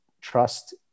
trust